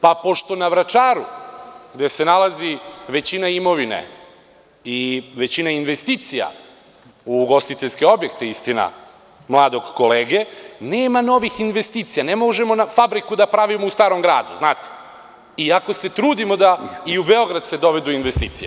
Pa, pošto na Vračaru, gde se nalazi većina imovine i većina investicija, ugostiteljskih objekta, istina, mladog kolege, nema novih investicija, ne možemo fabriku da pravimo u Starom gradu, iako se trudimo da se i u Beograd dovedu investicije…